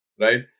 right